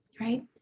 right